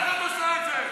איך את עושה את זה?